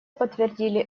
подтвердили